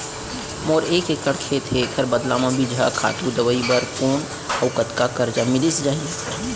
मोर एक एक्कड़ खेत हे, एखर बदला म बीजहा, खातू, दवई बर कोन अऊ कतका करजा मिलिस जाही?